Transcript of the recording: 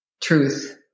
truth